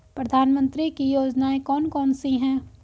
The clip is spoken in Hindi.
प्रधानमंत्री की योजनाएं कौन कौन सी हैं?